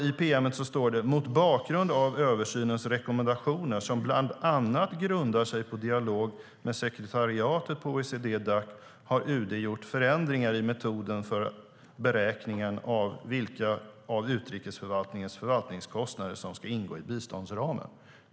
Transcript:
I pm:et står det: "Mot bakgrund av översynens rekommendationer som bland annat grundar sig på dialog med sekretariatet på OECD/DAC har UD gjort förändringar i metoden för beräkning av vilka av utrikesförvaltningens förvaltningskostnader som ska ingå i biståndsramen."